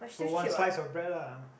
so one slice of bread lah